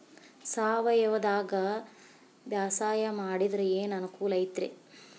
ಸಾವಯವದಾಗಾ ಬ್ಯಾಸಾಯಾ ಮಾಡಿದ್ರ ಏನ್ ಅನುಕೂಲ ಐತ್ರೇ?